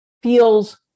Feels